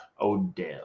Odell